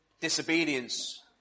disobedience